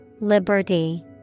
Liberty